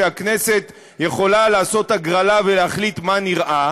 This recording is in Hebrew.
שהכנסת יכולה לעשות הגרלה ולהחליט מה נראה,